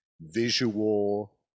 visual